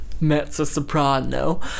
Mezzo-soprano